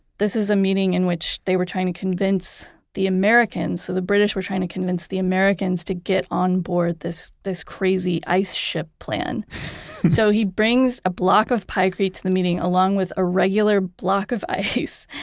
this is a meeting in which they were trying to convince the americans, so the british were trying to convince the americans to get on board this this crazy ice ship plan so he brings a block of pykrete to the meeting along with a regular block of ice,